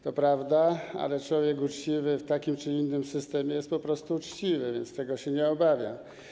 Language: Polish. To prawda, ale człowiek uczciwy w takim czy innym systemie jest po prostu uczciwy, więc tego się nie obawiam.